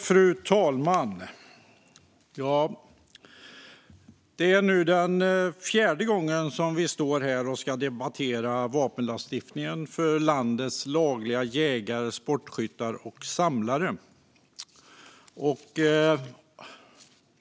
Fru talman! Det är nu fjärde gången som vi står här och ska debattera vapenlagstiftningen för landets lagliga jägare, sportskyttar och samlare.